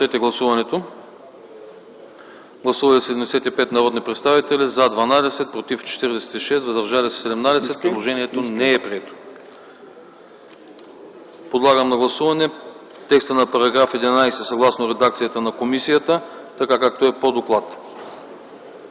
Моля гласувайте. Гласували 75 народни представители: за 12, против 46, въздържали се 17. Предложението не е прието. Подлагам на гласуване текста на § 11, съгласно редакцията на комисията, така както е по доклад.